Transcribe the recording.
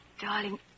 darling